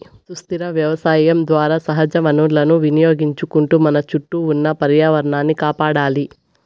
సుస్థిర వ్యవసాయం ద్వారా సహజ వనరులను వినియోగించుకుంటూ మన చుట్టూ ఉన్న పర్యావరణాన్ని కాపాడాలి